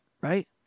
Right